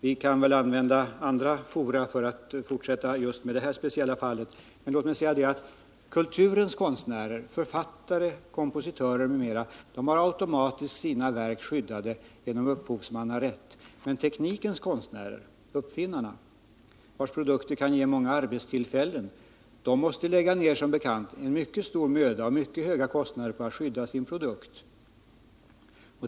Vi kan väl använda andra fora för att fortsätta diskussionen om just det här speciella fallet. Men låt mig säga att kulturens konstnärer — författare, kompositörer m.fl. — har sina verk automatiskt skyddade genom upphovsmannarätt. Teknikens konstnärer, uppfinnarna, vilkas produkter kan ge många arbetstillfällen, måste däremot lägga ned mycket stor möda och mycket höga kostnader för att skydda sina produkter.